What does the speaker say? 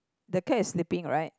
the cat is sleeping right